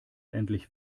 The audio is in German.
endlich